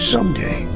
Someday